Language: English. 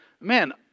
man